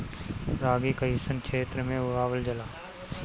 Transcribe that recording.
रागी कइसन क्षेत्र में उगावल जला?